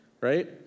right